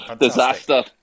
Disaster